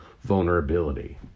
vulnerability